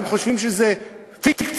אתם חושבים שזה פיקציה?